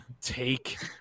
take